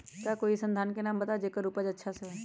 का कोई अइसन धान के नाम बताएब जेकर उपज अच्छा से होय?